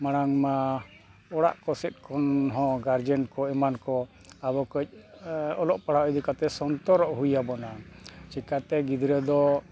ᱢᱟᱲᱟᱝ ᱢᱟ ᱚᱲᱟᱜ ᱠᱚ ᱥᱮᱫ ᱠᱷᱚᱱ ᱦᱚᱸ ᱠᱚ ᱮᱢᱟᱱ ᱠᱚ ᱟᱵᱚ ᱠᱟᱹᱡ ᱚᱞᱚᱜᱼᱯᱟᱲᱦᱟᱜ ᱤᱫᱤ ᱠᱟᱛᱮᱫ ᱥᱚᱱᱛᱚᱨᱚᱜ ᱦᱩᱭ ᱟᱵᱚᱱᱟ ᱪᱮᱠᱟᱛᱮ ᱜᱤᱫᱽᱨᱟᱹ ᱫᱚ